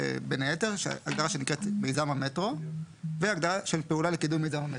בין היתר הגדרה שנקראת מיזם המטרו והגדרה של פעולה לקידום מיזם המטרו.